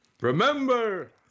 Remember